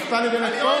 נפתלי בנט פה?